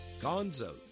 Gonzo